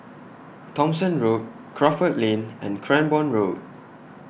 Thomson Road Crawford Lane and Cranborne Road